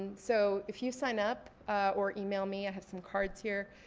and so if you sign up or email me, i have some cards here,